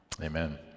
Amen